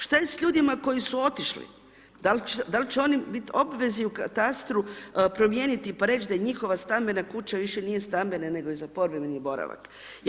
Šta je s ljudima koji su otišli, da li će oni biti u obvezi u katastru promijeniti pa reći da njihova stambena kuća više nije stambena nego je za povremeni boravak.